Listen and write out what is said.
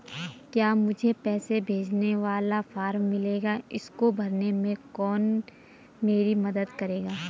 क्या मुझे पैसे भेजने वाला फॉर्म मिलेगा इसको भरने में कोई मेरी मदद करेगा?